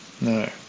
No